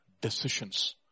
decisions